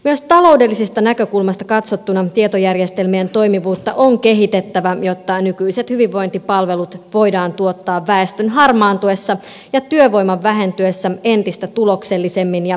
myös taloudellisesta näkökulmasta katsottuna tietojärjestelmien toimivuutta on kehitettävä jotta nykyiset hyvinvointipalvelut voidaan tuottaa väestön harmaantuessa ja työvoiman vähentyessä entistä tuloksellisemmin ja tehokkaammin